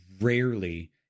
rarely